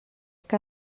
que